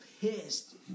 pissed